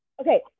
Okay